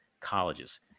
colleges